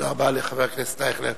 תודה רבה לחבר הכנסת אייכלר.